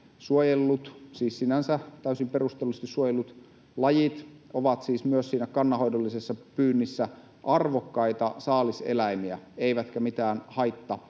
että nämä sinänsä täysin perustellusti suojellut lajit ovat siis myös siinä kannanhoidollisessa pyynnissä arvokkaita saaliseläimiä eivätkä mitään haittalajeja,